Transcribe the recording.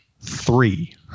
three